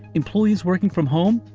employees working from home,